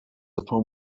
upon